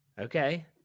Okay